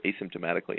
asymptomatically